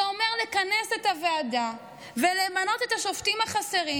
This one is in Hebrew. זה אומר לכנס את הוועדה ולמנות את השופטים החסרים